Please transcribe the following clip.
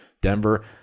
Denver